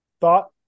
thought